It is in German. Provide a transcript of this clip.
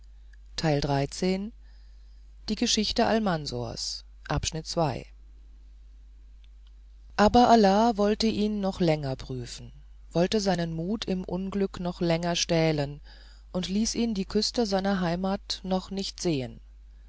aber allah wollte ihn noch länger prüfen wollte seinen mut im unglück noch länger stählen und ließ ihn die küste seiner heimat noch nicht sehen